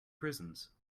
prisons